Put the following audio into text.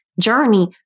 journey